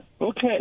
Okay